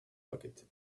bucket